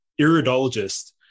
iridologist